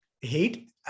Hate